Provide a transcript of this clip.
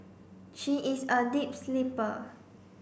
she is a deep sleeper